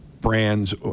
brands